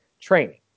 training